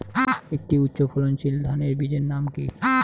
একটি উচ্চ ফলনশীল ধানের বীজের নাম কী?